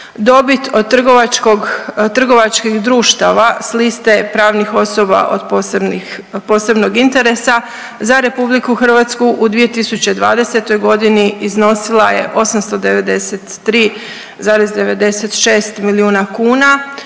Dobit od trgovačkih društava sa liste pravnih osoba od posebnog interesa za Republiku Hrvatsku u 2020. godini iznosila je 893,96 milijuna kuna,